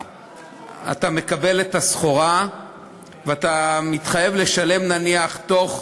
אתה מקבל את הסחורה ואתה מתחייב לשלם, נניח, בתוך